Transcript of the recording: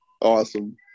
Awesome